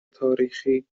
تاریخی